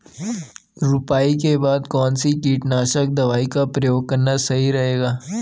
रुपाई के बाद कौन सी कीटनाशक दवाई का प्रयोग करना सही रहेगा?